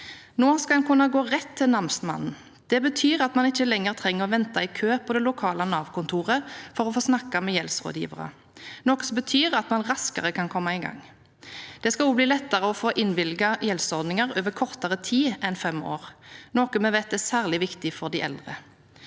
Nå skal en kunne gå rett til namsmannen. Det betyr at man ikke lenger trenger å vente i kø på det lokale Nav-kontoret for å få snakket med gjeldsrådgivere, noe som betyr at man kan komme raskere i gang. Det skal også bli lettere å få innvilget gjeldsordninger over kortere tid enn fem år, noe vi vet er særlig viktig for de eldre.